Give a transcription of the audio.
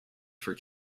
for